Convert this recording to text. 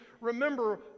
remember